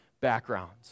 backgrounds